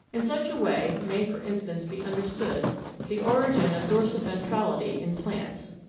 in such a way may for instance be understood the origin of dorsiventrality in plants.